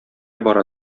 бара